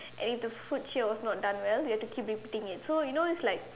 and if the food cheer was not done well we have to keep repeating it so if you like it